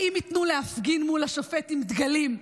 האם ייתנו להפגין מול השופט עם דגלים?